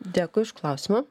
dėkui už klausimą